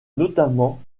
notamment